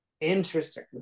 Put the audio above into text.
interesting